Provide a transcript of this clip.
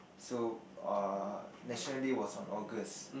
so uh National Day was on August